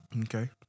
Okay